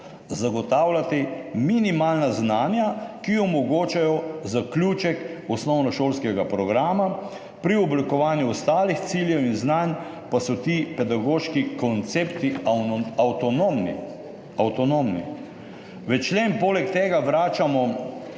zagotavljati minimalna znanja, ki omogočajo zaključek osnovnošolskega programa, pri oblikovanju ostalih ciljev in znanj pa so ti pedagoški koncepti avtonomni. V člen poleg tega vračamo